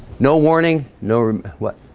no warning, no what?